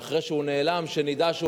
ואחרי שהוא נעלם, שנדע,